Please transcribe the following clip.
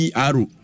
aru